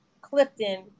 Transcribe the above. Clifton